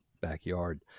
backyard